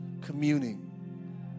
Communing